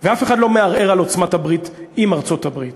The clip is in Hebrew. ואף אחד לא מערער על עוצמת הברית עם ארצות-הברית.